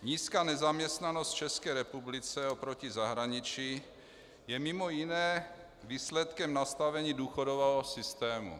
Nízká nezaměstnanost v České republice oproti zahraničí je mj. výsledkem nastavení důchodového systému.